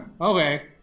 Okay